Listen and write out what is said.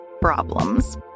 problems